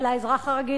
אבל האזרח הרגיל,